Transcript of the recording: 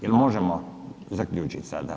Jel možemo zaključiti sada?